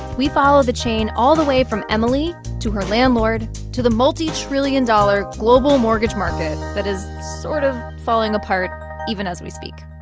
we follow the chain all the way from emily to her landlord to the multitrillion-dollar global mortgage market that is sort of falling apart even as we speak